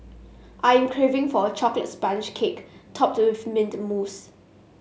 I am craving for a chocolate sponge cake topped with mint mousse